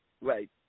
right